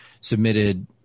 submitted